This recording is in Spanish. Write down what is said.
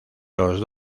los